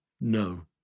No